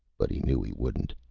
but he knew he wouldn't.